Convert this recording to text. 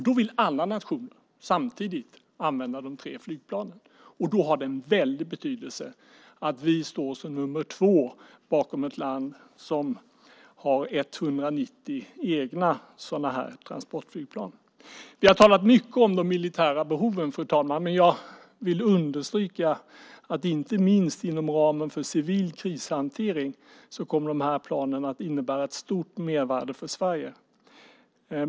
Då vill alla nationer samtidigt använda de tre flygplanen, och då har det en väldig betydelse att vi står som nummer två bakom ett land som har 190 egna sådana här transportflygplan. Fru talman! Vi har talat mycket om de militära behoven, men jag vill understryka att de här planen kommer att innebära ett stort mervärde för Sverige inte minst inom ramen för civil krishantering.